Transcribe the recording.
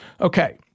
Okay